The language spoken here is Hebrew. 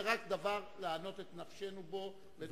זה רק דבר לענות את נפשנו בו ואת מחשבתנו.